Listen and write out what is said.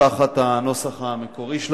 תחת הנוסח המקורי של